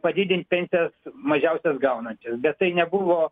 padidint pensijas mažiausias gaunančiam bet tai nebuvo